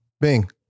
Bing